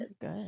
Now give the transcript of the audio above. Good